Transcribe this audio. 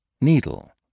needle